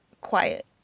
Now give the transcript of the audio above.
quiet